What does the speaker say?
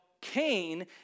Cain